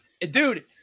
Dude